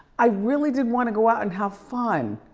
i really did wanna go out and have fun.